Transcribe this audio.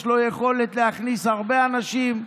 יש לו יכולת להכניס הרבה אנשים,